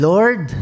Lord